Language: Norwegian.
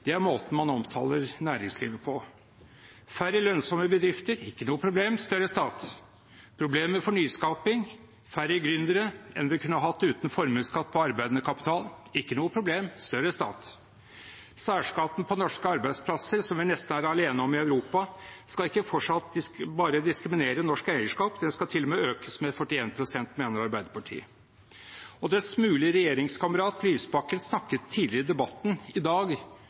er måten man omtaler næringslivet på. Færre lønnsomme bedrifter: ikke noe problem – større stat. Problemer for nyskaping, færre gründere enn vi kunne hatt uten formuesskatt på arbeidende kapital: ikke noe problem – større stat. Særskatten på norske arbeidsplasser, som vi nesten er alene om i Europa, skal ikke bare fortsatt diskriminere norsk eierskap, den skal til og med økes med 41 pst., mener Arbeiderpartiet. Og dets mulige regjeringskamerat, Lysbakken, snakket tidligere i debatten i dag